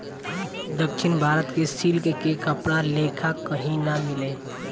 दक्षिण भारत के सिल्क के कपड़ा लेखा कही ना मिले